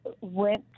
went